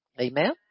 Amen